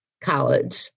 college